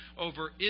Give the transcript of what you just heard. over